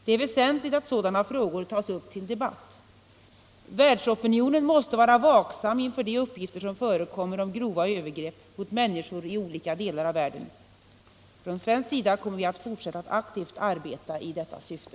Det är väsentligt att sådana frågor tas upptill debatt. Världsopinionen måste vara vaksam inför de uppgifter som förekommer om grova övergrepp mot människor i olika delar av världen. Från svensk sida kommer vi att fortsätta att aktivt arbeta i detta syfte.